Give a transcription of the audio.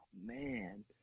Man